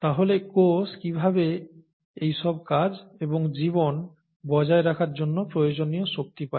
তাহলে কোষ কিভাবে এই সব কাজ এবং জীবন বজায় রাখার জন্য প্রয়োজনীয় শক্তি পায়